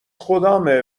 خدامه